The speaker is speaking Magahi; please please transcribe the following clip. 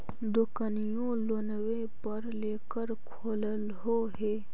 दोकनिओ लोनवे पर लेकर खोललहो हे?